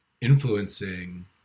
influencing